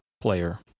player